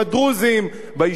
ביישובים הבדואיים.